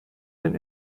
den